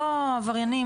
לא עבריינים,